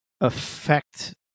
affect